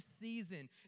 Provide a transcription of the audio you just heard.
season